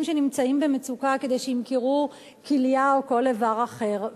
שנמצאים במצוקה שימכרו כליה או כל איבר אחר.